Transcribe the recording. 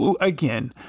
again